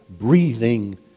Breathing